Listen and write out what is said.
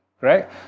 Right